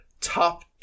top